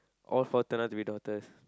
all four turn out to be daughters